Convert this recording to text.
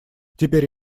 теперь